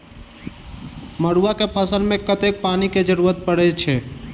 मड़ुआ केँ फसल मे कतेक पानि केँ जरूरत परै छैय?